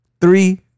three